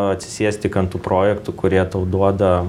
atsisėst tik ant tų projektų kurie tau duoda